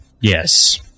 Yes